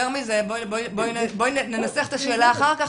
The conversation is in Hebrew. בואי ננסח את השאלה אחר-כך,